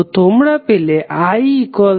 তো তোমরা পেলে iCdvdt